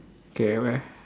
okay at where